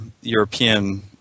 European